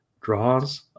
draws